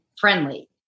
friendly